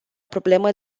problemă